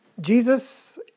Jesus